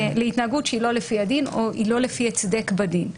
מתייחס להתנהגות שהיא לא לפי הדין או לא לפי הצדק בדין.